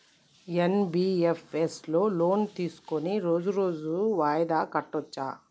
NBFS లో loan తీస్కొని రోజు రోజు వాయిదా కట్టచ్ఛా?